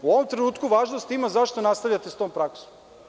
U ovom trenutku važnost ima zašto nastavljate sa tom praksom?